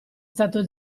stato